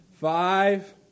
five